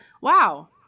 wow